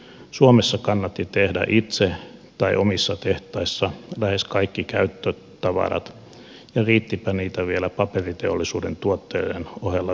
suomessa kannatti tehdä itse tai omissa tehtaissa lähes kaikki käyttötavarat ja riittipä niitä vielä paperiteollisuuden tuotteiden ohella vientiinkin